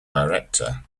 director